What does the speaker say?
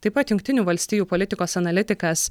taip pat jungtinių valstijų politikos analitikas